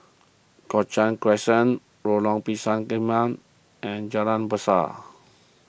Cochrane Crescent Lorong Pisang Emas and Jalan Berseh